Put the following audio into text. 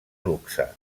luxe